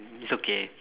it's okay